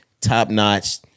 top-notch